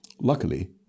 luckily